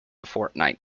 fortnight